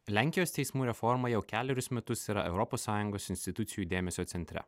lenkijos teismų reforma jau kelerius metus yra europos sąjungos institucijų dėmesio centre